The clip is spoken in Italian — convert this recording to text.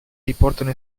riportano